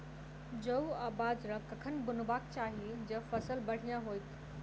जौ आ बाजरा कखन बुनबाक चाहि जँ फसल बढ़िया होइत?